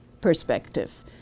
perspective